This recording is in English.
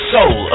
Soul